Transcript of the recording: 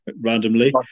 randomly